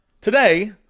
today